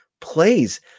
plays